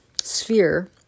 sphere